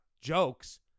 jokes